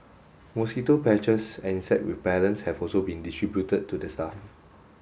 mosquito patches and insect repellents have also been distributed to the staff